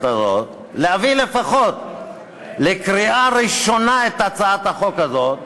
הזאת להביא לפחות לקריאה ראשונה את הצעת החוק הזאת,